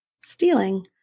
stealing